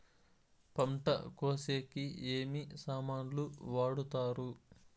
పంట కోసేకి ఏమి సామాన్లు వాడుతారు?